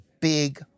big